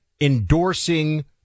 endorsing